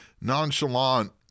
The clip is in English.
nonchalant